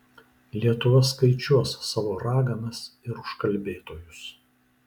lietuva skaičiuos savo raganas ir užkalbėtojus